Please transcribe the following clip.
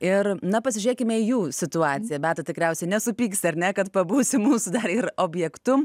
ir na pasižiūrėkime į jų situaciją beata tikriausiai nesupyksi ar ne kad pabūsi mūsų dar ir objektu